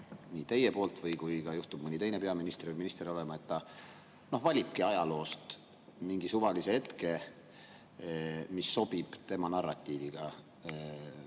teisel,] kui juhtub mõni teine peaminister või minister olema –, et te valitegi ajaloost mingi suvalise hetke, mis sobib teie narratiiviga.